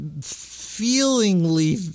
feelingly